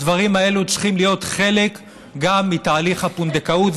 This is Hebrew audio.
הדברים האלה צריכים להיות חלק גם מתהליך הפונדקאות,